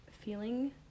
feeling